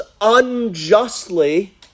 unjustly